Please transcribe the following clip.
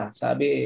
sabi